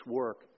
work